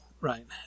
Right